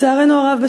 לצערנו הרב,